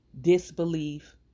disbelief